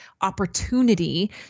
opportunity